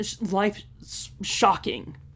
life-shocking